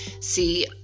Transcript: see